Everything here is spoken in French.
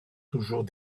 toujours